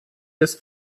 des